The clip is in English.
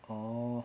orh